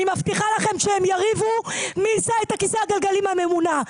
אני מבטיחה לכם שהם יריבו מי יישא את כיסא הגלגלים הממונע.